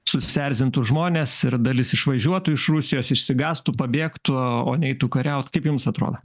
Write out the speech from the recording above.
susierzintų žmonės ir dalis išvažiuotų iš rusijos išsigąstų pabėgtų o neitų kariaut kaip jums atrodo